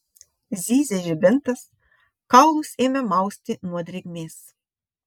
zyzė žibintas kaulus ėmė mausti nuo drėgmės